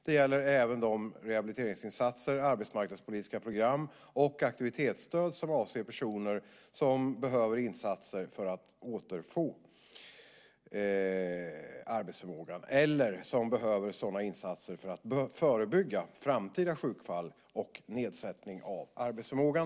Det gäller även de rehabiliteringsinsatser, arbetsmarknadspolitiska program och aktivitetsstöd som avser personer som behöver insatser för att återfå arbetsförmågan eller som behöver sådana insatser för att förebygga framtida sjukfall och nedsättning av arbetsförmågan.